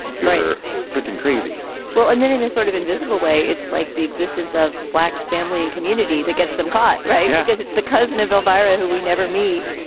you're you're frickin crazy well, and then in a sort of invisible way, it's like the existence of black family and community that gets them caught. right. yeah because it's the cousin of elvira who we never meet,